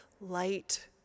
light